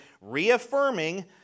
reaffirming